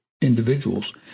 individuals